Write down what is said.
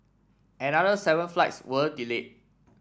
another seven flights were delayed